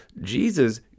Jesus